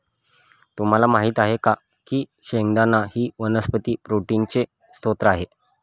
तुम्हाला माहित आहे का की शेंगदाणा ही वनस्पती प्रोटीनचे स्त्रोत आहे